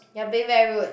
you're being very rude